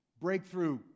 Breakthrough